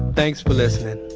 thanks for listening